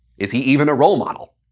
is he even a role model?